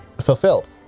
fulfilled